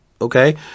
Okay